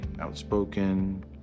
outspoken